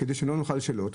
כדי שלא נוכל לשאול שאלות,